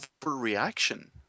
overreaction